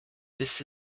this